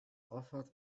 offered